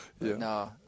No